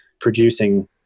producing